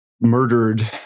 murdered